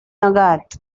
nougat